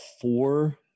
four